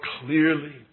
clearly